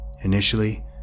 Initially